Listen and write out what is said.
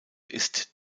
ist